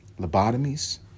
Lobotomies